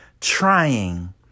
Trying